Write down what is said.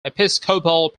episcopal